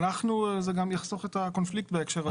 זה גם יחסוך את הקונפליקט בהקשר הזה.